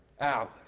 hours